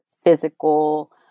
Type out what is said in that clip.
physical